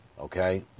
Okay